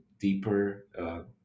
deeper